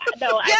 No